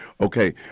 okay